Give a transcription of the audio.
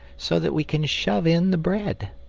so that we can shove in the bread.